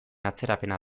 atzerapena